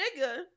nigga